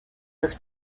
was